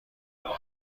محمدی